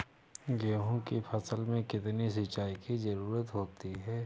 गेहूँ की फसल में कितनी सिंचाई की जरूरत होती है?